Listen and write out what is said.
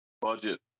budget